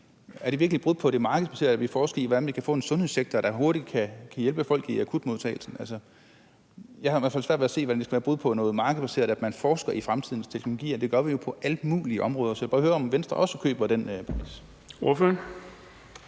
Er det virkelig et brud på det markedsbaserede, at vi forsker i, hvordan vi kan få en sundhedssektor, der hurtigt kan hjælpe folk i akutmodtagelsen? Jeg har i hvert fald svært ved at se, at det skulle være et brud på noget markedsbaseret, at man forsker i fremtidens teknologier. Det gør vi jo på alle mulige områder. Så jeg vil bare høre, om Venstre også køber den præmis.